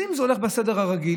אם זה הולך בסדר הרגיל,